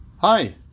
Hi